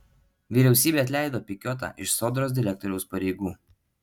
vyriausybė atleido pikiotą iš sodros direktoriaus pareigų